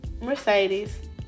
Mercedes